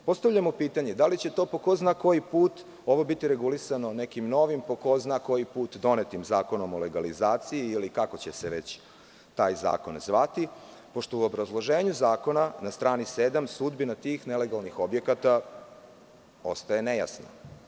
Postavljamo pitanje – da li će to, po ko zna koji put, biti regulisano nekim novim po ko zna koji put donetim zakonom o legalizaciji, ili kako će se već taj zakon zvati, pošto u obrazloženju zakona na strani sedam sudbina tih nelegalnih objekata ostaje nejasna?